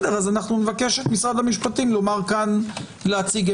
נבקש את משרד המשפטים להציג כאן עמדה.